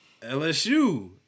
LSU